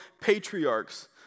patriarchs